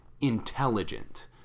intelligent